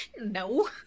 No